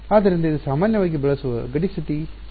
ಆದ್ದರಿಂದ ಇದು ಸಾಮಾನ್ಯವಾಗಿ ಬಳಸುವ ಗಡಿ ಸ್ಥಿತಿ ಸರಿ